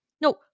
no